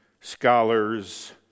scholars